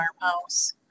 farmhouse